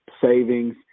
savings